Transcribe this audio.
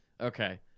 Okay